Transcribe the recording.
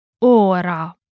Ora